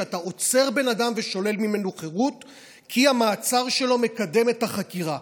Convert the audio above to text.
שאתה עוצר בן אדם ושולל ממנו חירות כי המעצר שלו מקדם את החקירה.